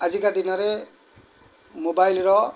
ଆଜିକା ଦିନରେ ମୋବାଇଲ୍ର